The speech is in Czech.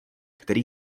který